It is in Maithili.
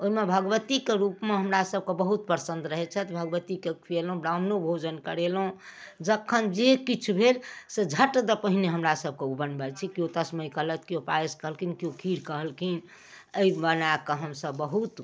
ओहिमे भगवती कऽ रूपमे हमरा सबके बहुत प्रसन्न रहैत छथि भगवतीके खुएलहुँ ब्राह्मणो भोजन करेलहुँ जखन जे किछु भेल से झटि दऽ पहिने हमरा सबके ओ बनबैत छी केओ तसमै कहलथि केओ पायस कहलखिन केओ खीर कहलखिन एहि बनाके हमसब बहुत